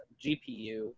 GPU